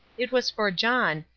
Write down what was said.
it was for john,